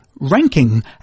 ranking